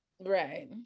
Right